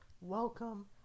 Welcome